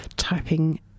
typing